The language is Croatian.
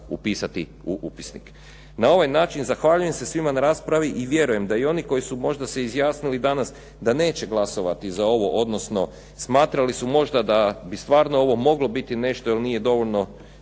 upisati u upisnik. Na ovaj način zahvaljujem se svima na raspravi i vjerujem da i oni koji su možda se izjasnili danas da neće glasovati za ovo, odnosno smatrali su možda da bi stvarno ovo moglo biti nešto, jer nije dovoljno